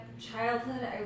childhood